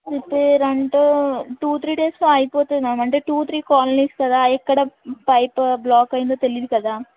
అయితే rent two three డేస్లో అయిపోతుంది మ్యామ్ అంటే టూ త్రీ కాలనీస్ కదా ఎక్కడ పైప్ బ్లాక్ అయిందో తెలీయదు కదా